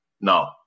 No